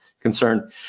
concern